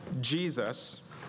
Jesus